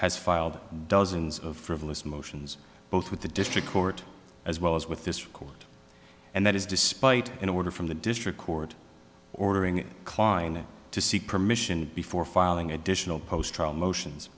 has filed dozens of frivolous motions both with the district court as well as with this record and that is despite an order from the district court ordering kline to seek permission before filing additional post trial motions